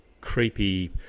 creepy